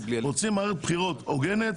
רוצים מערכת בחירות הוגנת,